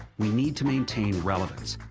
we need to maintain relevance.